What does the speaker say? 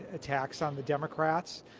attacks on the democrats.